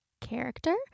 character